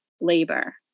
labor